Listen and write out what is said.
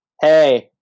Hey